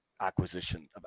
Acquisition